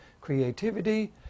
creativity